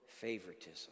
favoritism